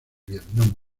vietnam